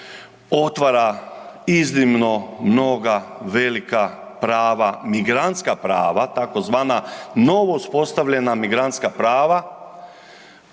otvara iznimno mnoga velika prava, migrantska prava tzv. novo uspostavljena migrantska prava